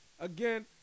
Again